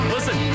Listen